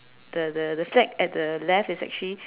the the the flag at the left is actually